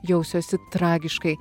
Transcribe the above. jausiuosi tragiškai